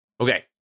Okay